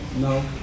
No